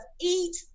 Eat